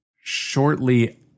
shortly